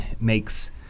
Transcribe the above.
makes